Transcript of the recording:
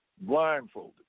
blindfolded